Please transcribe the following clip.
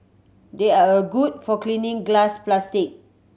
they are a good for cleaning glass plastic